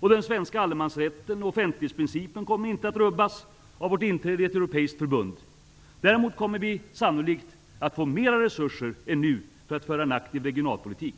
Den svenska allemansrätten och offentlighetsprincipen kommer inte att rubbas av vårt inträde i ett europeiskt förbund. Däremot kommer vi sannolikt att få mera resurser än nu för att föra en aktiv regionalpolitik.